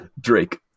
Drake